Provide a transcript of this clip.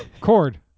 cord